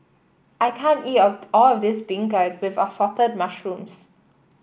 I can't eat all of this beancurd with Assorted Mushrooms